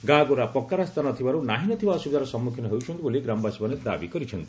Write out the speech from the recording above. ଗାଁକୁ ପକ୍କା ରାସ୍ତା ନ ଥିବାରୁ ନାହିଁ ନ ଥିବା ଅସୁବିଧାର ସମ୍ମୁଖୀନ ହେଉଛନ୍ତି ବୋଲି ଗ୍ରାମାବାସୀମାନେ ଦାବି କରିଛନ୍ତି